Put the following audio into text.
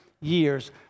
years